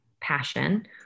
passion